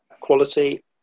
quality